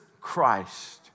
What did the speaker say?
Christ